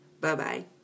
Bye-bye